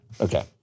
okay